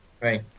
Right